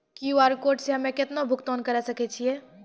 QR code से हम्मय केतना भुगतान करे सके छियै?